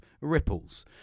ripples